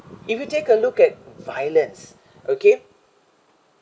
if you take a look at violence okay